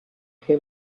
who